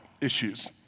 Issues